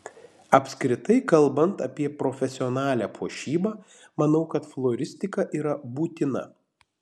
apskritai kalbant apie profesionalią puošybą manau kad floristika yra būtina